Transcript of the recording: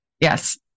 Yes